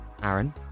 Aaron